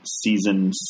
season